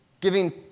giving